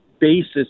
basis